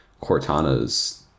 Cortana's